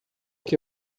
que